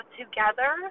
together